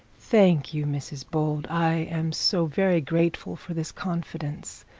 thank you, mrs bold i am so very grateful for this confidence.